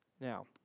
now